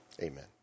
Amen